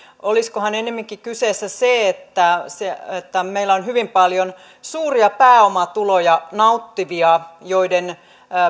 olisikohan ennemminkin kyseessä se että meillä on hyvin paljon suuria pääomatuloja nauttivia joiden